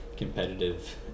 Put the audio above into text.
competitive